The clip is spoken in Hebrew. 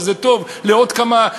שזה טוב לעוד כמה,